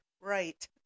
Right